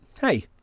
hey